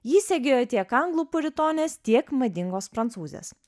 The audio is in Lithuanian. jį segėjo tiek anglų puritonės nes tiek madingos prancūzės